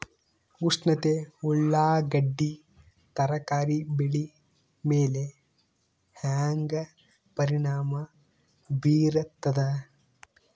ಉಷ್ಣತೆ ಉಳ್ಳಾಗಡ್ಡಿ ತರಕಾರಿ ಬೆಳೆ ಮೇಲೆ ಹೇಂಗ ಪರಿಣಾಮ ಬೀರತದ?